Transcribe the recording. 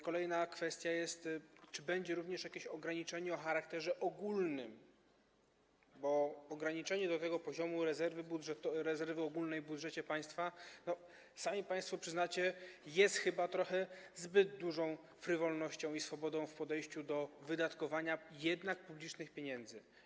Kolejna kwestia dotyczy tego, czy będzie również jakieś ograniczenie o charakterze ogólnym, bo ograniczenie do poziomu rezerwy ogólnej w budżecie państwa - sami państwo przyznacie - jest chyba trochę zbyt dużą frywolnością i swobodą w podejściu do wydatkowania jednak publicznych pieniędzy.